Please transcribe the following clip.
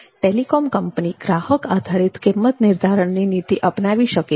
telecom company ગ્રાહક આધારિત કિંમત નિર્ધારિણની નીતિ અપનાવી શકે છે